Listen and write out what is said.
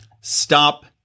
Stop